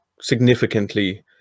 significantly